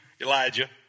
Elijah